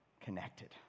connected